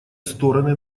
стороны